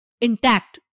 intact